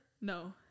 No